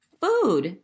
Food